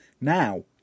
Now